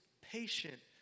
patient